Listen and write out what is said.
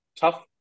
tough